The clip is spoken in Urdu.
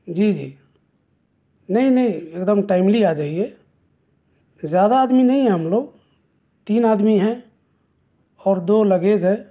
جی جی نہیں نہیں ایک دم ٹائملی آ جائیے زیادہ آدمی نہیں ہیں ہم لوگ تین آدمی ہیں اور دو لگیج ہے